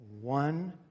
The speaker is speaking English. one